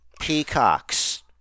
Peacocks